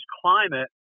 climate